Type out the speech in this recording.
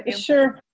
ah sure.